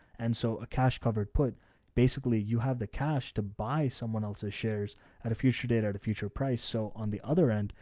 and so a cash covered put basically you have the cash to buy someone else's shares at a future date at a future price. so on the other end,